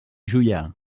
juià